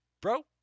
Bro